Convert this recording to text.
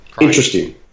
Interesting